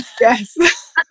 Yes